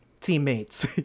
teammates